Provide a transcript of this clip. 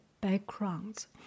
Backgrounds